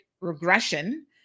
regression